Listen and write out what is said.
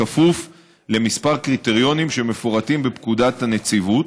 בכפוף לכמה קריטריונים שמפורטים בפקודת הנציבות,